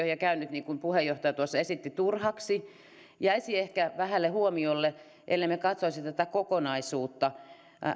on käynyt niin kuin puheenjohtaja esitti turhaksi jäisi ehkä vähälle huomiolle ellemme katsoisi kokonaisuutta